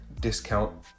discount